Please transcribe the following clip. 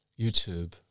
YouTube